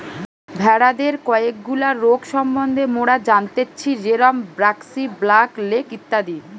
ভেড়াদের কয়েকগুলা রোগ সম্বন্ধে মোরা জানতেচ্ছি যেরম ব্র্যাক্সি, ব্ল্যাক লেগ ইত্যাদি